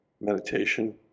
meditation